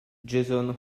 jason